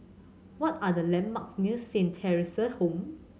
what are the landmarks near Saint Theresa's Home